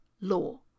law